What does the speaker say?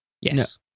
Yes